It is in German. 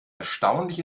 erstaunlich